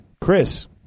Chris